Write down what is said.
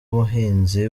ubuhinzi